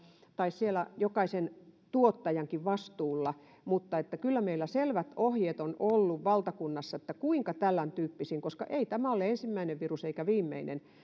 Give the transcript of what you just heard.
tai siellä jokaisen tuottajankin vastuulla mutta kyllä meillä selvät ohjeet ovat olleet valtakunnassa siitä kuinka varaudutaan tämäntyyppisiin koska ei tämä ole ensimmäinen virus eikä viimeinen